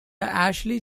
ashley